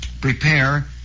prepare